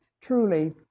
Truly